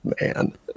man